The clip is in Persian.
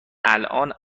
الان